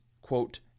quote